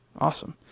awesome